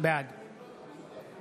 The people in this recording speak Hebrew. בעד